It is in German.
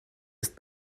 ist